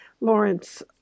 Lawrence